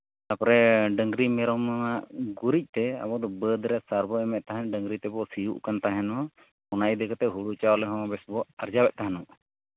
ᱛᱟᱨᱯᱚᱨᱮ ᱰᱟᱹᱝᱨᱤ ᱢᱮᱨᱚᱢᱟᱜ ᱜᱩᱨᱤᱡ ᱛᱮ ᱵᱟᱹᱫᱽ ᱨᱮ ᱥᱟᱨᱵᱚᱱ ᱮᱢᱮᱫ ᱛᱟᱦᱮᱱ ᱰᱟᱹᱝᱨᱤ ᱛᱮᱵᱚᱱ ᱥᱤᱭᱳᱜ ᱠᱟᱱ ᱛᱟᱦᱮᱱᱚᱜ ᱚᱱᱟ ᱤᱫᱤ ᱠᱟᱛᱮᱫ ᱦᱩᱲᱩ ᱪᱟᱣᱞᱮ ᱦᱚᱸ ᱵᱮᱥ ᱵᱚᱱ ᱟᱨᱡᱟᱣᱮᱫ ᱛᱟᱦᱮᱱᱚᱜ